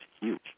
huge